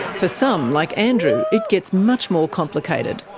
for some, like andrew, it gets much more complicated.